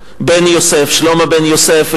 שלמה בן יוסף,